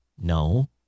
No